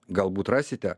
galbūt rasite